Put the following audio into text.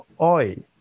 oi